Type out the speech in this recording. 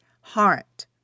heart